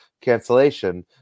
cancellation